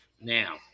now